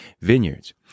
vineyards